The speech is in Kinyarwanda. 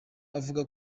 avuga